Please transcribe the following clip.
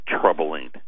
troubling